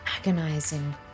agonizing